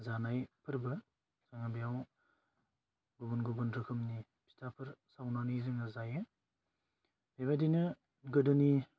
जानाय फोरबो बेयाव गुबुन गुबुन रोखोमनि फिथाफोर सावनानै जोङो जायो बेबायदिनो गोदोनि